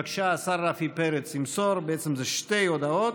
בבקשה, השר רפי פרץ ימסור, בעצם, אלה שתי הודעות: